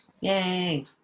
Yay